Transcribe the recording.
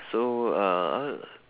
so uh